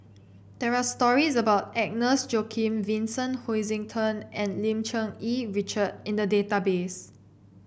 there are stories about Agnes Joaquim Vincent Hoisington and Lim Cherng Yih Richard in the database